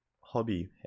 hobby